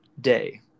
day